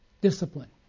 discipline